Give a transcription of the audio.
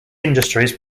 industries